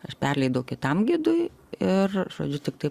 aš perleidau kitam gidui ir žodžiu tiktai